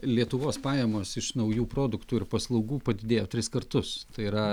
lietuvos pajamos iš naujų produktų ir paslaugų padidėjo tris kartus tai yra